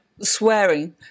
swearing